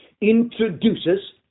introduces